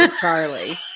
Charlie